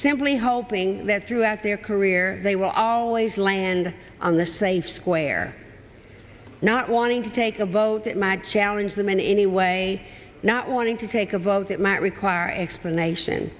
simply hoping that throughout their career they will always land on the same square not wanting to take a vote at my challenge them in any way not wanting to take a vote that might require explanation